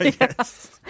Yes